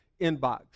inbox